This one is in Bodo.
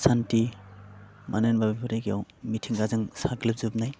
सान्ति मानो होनोबा बेफोर जायगायाव मिथिंगाजों साग्लोबजोबन्नाय